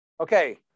okay